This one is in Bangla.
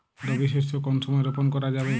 রবি শস্য কোন সময় রোপন করা যাবে?